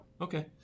Okay